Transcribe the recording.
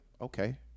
okay